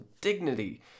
dignity